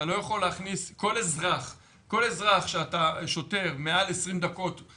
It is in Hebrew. אתה לא יכול להכניס - כל אזרח ששוטר מחזיק מעל עשרים דקות בשטח.